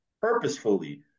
purposefully